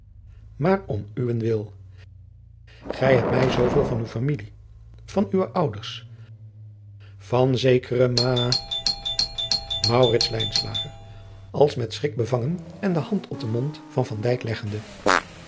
maar om uwen wil gij hebt mij zooveel van uw familie van uwe ouders van zekere ma maurits lijnslager als met schrik bevangen en de hand op den mond van van dijk leggende